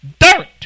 dirt